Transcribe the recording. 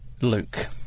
Luke